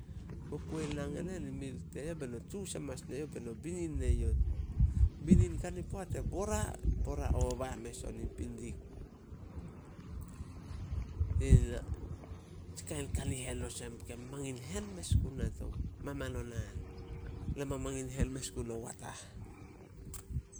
Mo kuo in nang enen, in milk teyouh beno tsius hamanas ne youh beno binin ne youh. Kani poat e bora- bora oba mes on in pindik. tsi kain kanihen olsem ke mamangin hen mes guna to maman o naan. Na mamangin hen mes guo watah.